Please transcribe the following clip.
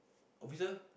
officer